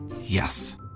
Yes